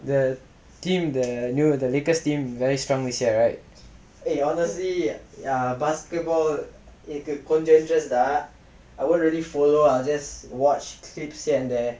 the team the new the lakers team very strong this year right